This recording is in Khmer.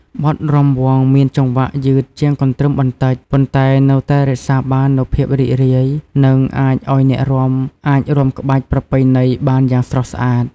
បទរាំវង់មានចង្វាក់យឺតជាងកន្ទ្រឹមបន្តិច ប៉ុន្តែនៅតែរក្សាបាននូវភាពរីករាយ និងអាចឱ្យអ្នករាំអាចរាំក្បាច់ប្រពៃណីបានយ៉ាងស្រស់ស្អាត។